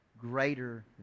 greater